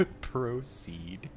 Proceed